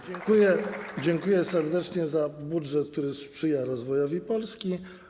Dziękuję serdecznie za budżet, który sprzyja rozwojowi Polski.